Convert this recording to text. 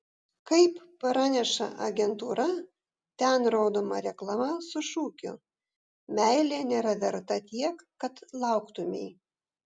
kaip praneša agentūra ten rodoma reklama su šūkiu meilė nėra verta tiek kad lauktumei